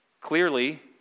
Clearly